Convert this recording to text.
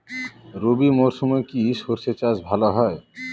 রবি মরশুমে কি সর্ষে চাষ ভালো হয়?